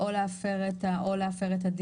או להפר את הדין.